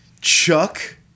Chuck